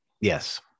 Yes